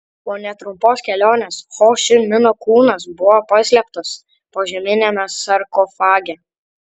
po netrumpos kelionės ho ši mino kūnas buvo paslėptas požeminiame sarkofage